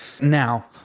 Now